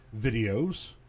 videos